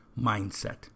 mindset